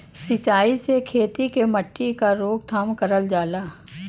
सिंचाई से खेती के मट्टी क रोकथाम करल जाला